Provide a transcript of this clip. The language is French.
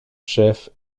chef